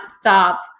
stop